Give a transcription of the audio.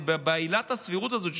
בעילת הסבירות הזאת,